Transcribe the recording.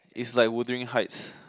it's like Wuthering Heights